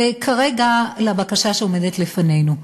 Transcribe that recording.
וכרגע, לבקשה שעומדת לפנינו.